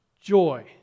joy